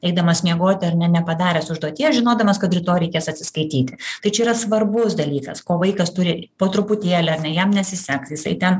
eidamas miegoti ar ne nepadaręs užduoties žinodamas kad rytoj reikės atsiskaityti tai čia yra svarbus dalykas ko vaikas turi po truputėlį ar ne jam nesiseks jisai ten